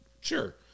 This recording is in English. Sure